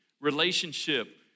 relationship